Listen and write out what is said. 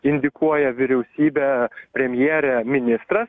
indikuoja vyriausybė premjerė ministras